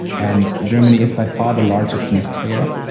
and germany is by far the largest net payer.